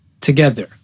together